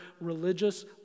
religious